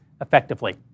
effectively